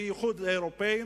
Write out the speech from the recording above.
בייחוד האירופים,